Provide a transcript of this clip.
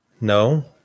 No